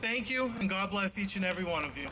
thank you and god bless each and every one of you